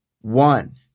one